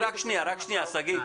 מדובר על למעלה מ-1,000 שקלים למרצה